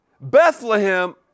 Bethlehem